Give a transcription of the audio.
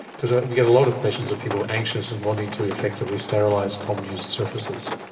because ah we get a lot of questions of people anxious and wanting to effectively sterilise commonly used surfaces.